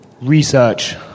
research